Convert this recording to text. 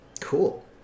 Cool